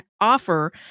offer